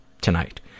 tonight